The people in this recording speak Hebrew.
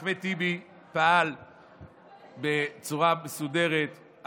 אחמד טיבי פעל בצורה מסודרת,